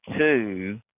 two